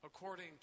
according